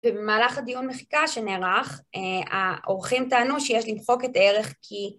ובמהלך הדיון מחיקה שנערך, העורכים טענו שיש למחוק את הערך כי...